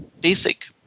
basic